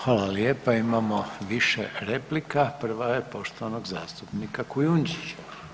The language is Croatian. Hvala lijepa, imamo više replika, prva je poštovanog zastupnika Kujundžića.